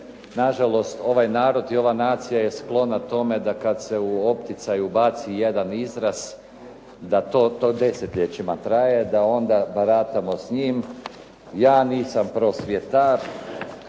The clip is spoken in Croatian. na žalost ovaj narod i ova nacija je sklona tome da kad se u opticaj ubaci jedan izraz da to desetljećima traje, da onda baratamo s njim. Ja nisam prosvjetar.